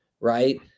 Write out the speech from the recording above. Right